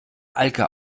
alke